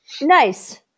Nice